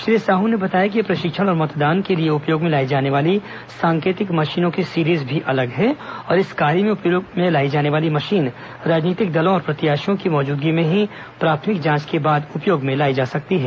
श्री साहू ने बताया कि प्रशिक्षण और मतदान के लिए उपयोग में लायी जाने वाली सांकेतिक मशीनों की सीरिज भी अलग है और इस कार्य में उपयोग में लायी जाने वाली मशीन राजनीतिक दलों और प्रत्याशियों की मौजूदगी में ही प्राथमिक जांच के बाद ही उपयोग में लायी जा सकती है